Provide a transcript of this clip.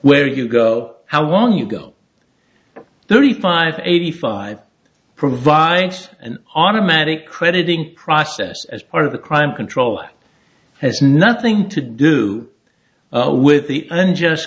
where you go how long you go thirty five eighty five provides an automatic crediting process as part of the crime control has nothing to do with the unjust